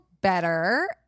better